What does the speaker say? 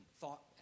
thought